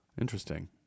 Interesting